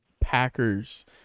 Packers